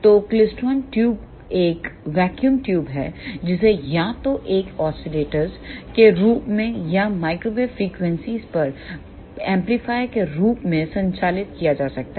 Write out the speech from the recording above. तो klystron tube एक vacuum tube है जिसे या तो एक ऑसिलेटर्स के रूप में या माइक्रोवेव फ्रीक्वेंसीयों पर एम्पलीफायर के रूप में संचालित किया जा सकता है